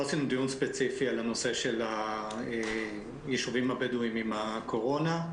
לא קיימנו דיון ספציפי בנושא של היישובים הבדואיים עם הקורונה.